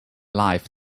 life